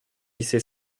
glisser